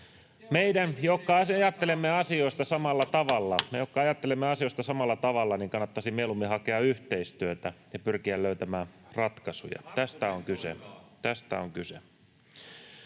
jotka ajattelemme asioista samalla tavalla, kannattaisi mieluummin hakea yhteistyötä ja pyrkiä löytämään ratkaisuja. [Sebastian